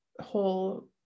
whole